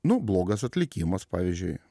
nu blogas atlikimas pavyzdžiui